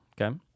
Okay